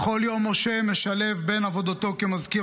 בכל יום משה משלב בין עבודתו כמזכיר